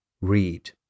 read